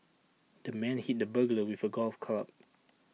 the man hit the burglar with A golf club